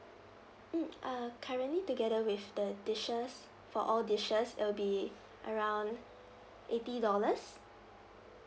mm err currently together with the dishes for all dishes it'll be around eighty dollars